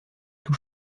tout